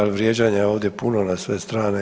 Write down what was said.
Ali vrijeđanja je ovdje puno na sve strane.